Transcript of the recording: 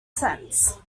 cents